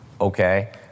okay